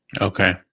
okay